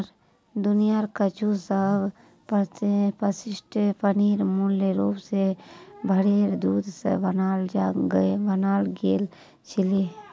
दुनियार कुछु सबस प्रसिद्ध पनीर मूल रूप स भेरेर दूध स बनाल गेल छिले